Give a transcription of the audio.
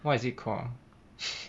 what is it called ah